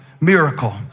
miracle